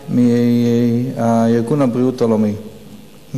ב-02:00 מכינוס של ארגון הבריאות העולמי בז'נבה,